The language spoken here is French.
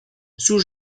sous